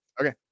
Okay